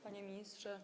Panie Ministrze!